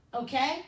okay